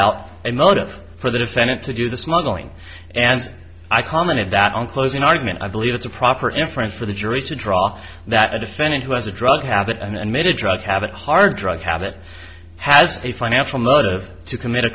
out a motive for the defendant to do the smuggling and i commented that on closing argument i believe it's a proper inference for the jury to draw that a defendant who has a drug habit and made a drug habit hard drug habit has a financial motive to commit a